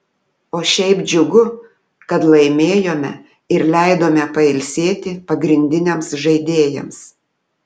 o šiaip džiugu kad laimėjome ir leidome pailsėti pagrindiniams žaidėjams